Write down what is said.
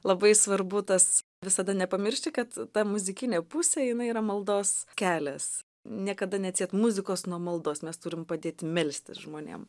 labai svarbu tas visada nepamiršti kad ta muzikinė pusė jinai yra maldos kelias niekada neatsiet muzikos nuo maldos mes turim padėti melstis žmonėm